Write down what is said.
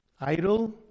idle